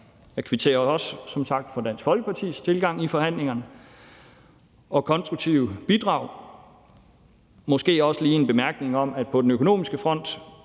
Jeg kvitterer som sagt også for Dansk Folkepartis tilgang i forhandlingerne og deres konstruktive bidrag – men jeg har også lige en bemærkning om, at på den økonomiske front